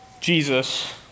Jesus